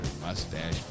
mustache